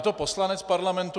Je to poslanec Parlamentu?